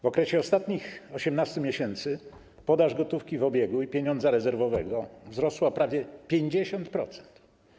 W okresie ostatnich 18 miesięcy podaż gotówki w obiegu i pieniądza rezerwowego wzrosła o prawie 50%.